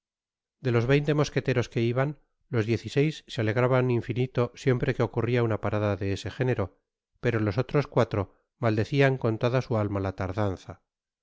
de los veinte mosqueteros que iban los diez y seis se alegraban infinito siempre que ocurria una parada de ese género pero los otros cuatro maldecian con toda su alma la tardanza